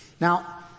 Now